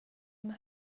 med